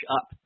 up